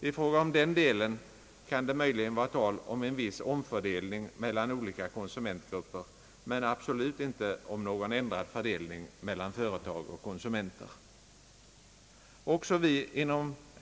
I fråga om den delen kan det möjligen vara tal om en viss omfördelning mellan olika konsumentgrupper men absolut inte om någon ändrad fördelning mellan företag och konsumenter.